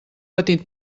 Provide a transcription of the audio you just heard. petit